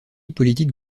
politique